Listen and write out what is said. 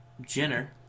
Jenner